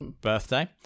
birthday